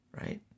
Right